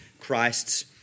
Christ's